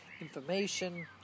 information